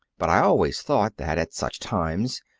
but i always thought that, at such times,